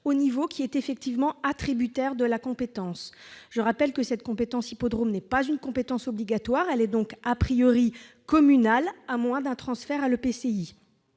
au niveau qui est effectivement attributaire de la compétence. Je rappelle que la compétence « hippodromes » n'est pas obligatoire. Elle est donc communale, à moins d'un transfert à l'EPCI.